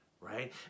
right